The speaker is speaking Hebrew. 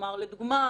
למשל,